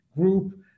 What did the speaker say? Group